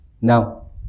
Now